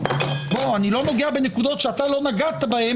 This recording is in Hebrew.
אני לא נוגע בנקודות שאתה לא נגעת בהן